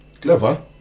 Clever